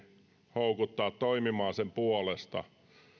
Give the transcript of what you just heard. houkuttaa toimimaan sen puolesta